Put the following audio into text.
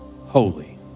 holy